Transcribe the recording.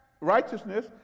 righteousness